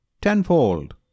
tenfold